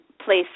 place